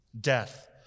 Death